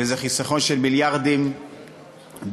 וזה חיסכון של מיליארדים בריביות,